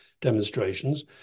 demonstrations